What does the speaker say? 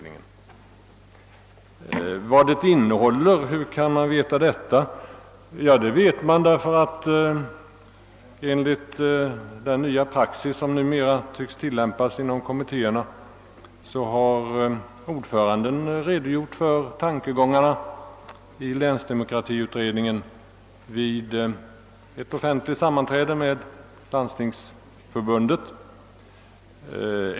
Hur kan då innehållet i detta vara känt? Anledningen härtill är att ordföranden i utredningen, enligt den nya praxis som numera tycks tillämpas inom kommittéerna, har redogjort för tankegångarna i länsdemokratiutredningen vid ett offentligt sammanträde med Landstingsförbundet.